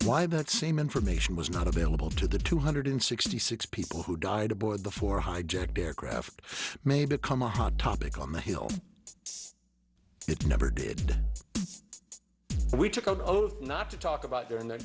why that same information was not available to the two hundred sixty six people who died aboard the four hijacked aircraft may become a hot topic on the hill it never did we took an oath not to talk about during the